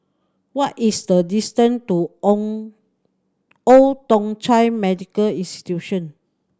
what is the distant to Old Thong Chai Medical Institution